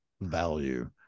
value